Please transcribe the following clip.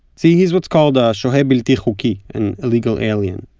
see, he is what's called a shohe bilti chuki, an illegal alien,